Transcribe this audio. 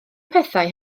pethau